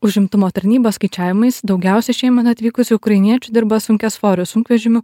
užimtumo tarnybos skaičiavimais daugiausiai šiemet atvykusių ukrainiečių dirba sunkiasvorių sunkvežimių